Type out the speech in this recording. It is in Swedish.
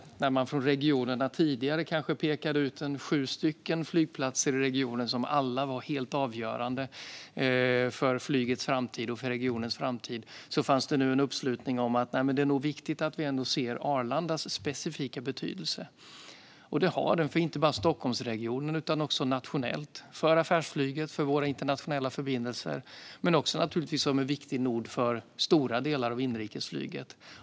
Tidigare pekade man kanske ut sju flygplatser i regionen som helt avgörande för flygets och regionens framtid, men nu fanns en uppslutning kring Arlandas specifika betydelse. Arlanda har en specifik betydelse, inte bara för Stockholmsregionen utan också nationellt - för affärsflyget, för våra internationella förbindelser och som en viktig nod för stora delar av inrikesflyget.